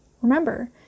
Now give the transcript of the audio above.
Remember